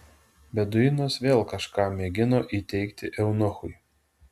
beduinas vėl kažką mėgino įteigti eunuchui